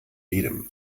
jedem